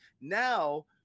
now –